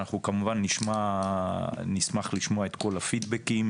ואנחנו כמובן נשמח לשמוע את כל הפידבקים.